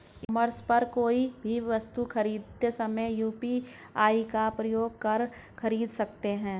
ई commerce पर कोई भी वस्तु खरीदते समय यू.पी.आई का प्रयोग कर खरीद सकते हैं